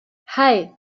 hei